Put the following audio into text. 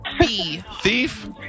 Thief